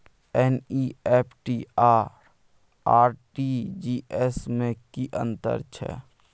NEFT आ RTGS में की अन्तर छै?